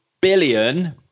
billion